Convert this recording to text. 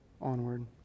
onward